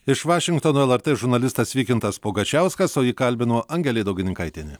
iš vašingtono lrt žurnalistas vykintas pugačiauskas o jį kalbino angelė daugininkaitienė